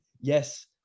Yes